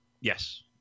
Yes